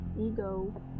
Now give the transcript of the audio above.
ego